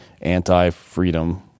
anti-freedom